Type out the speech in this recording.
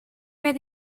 where